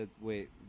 wait